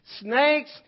snakes